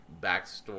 backstory